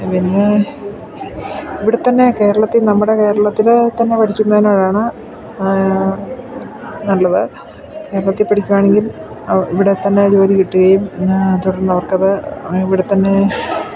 പിന്നെ ഇവിടെ തന്നെ കേരളത്തിൽ നമ്മുടെ കേരളത്തിൽ തന്നെ പഠിക്കുന്നതിനോടാണ് നല്ലത് കേരളത്തിൽ പഠിക്കുകയാണെങ്കിൽ ഇവിടെ തന്നെ ജോലി കിട്ടുകയും പിന്നെ തുടർന്നവർക്ക് അത് ഇവിടെ തന്നെ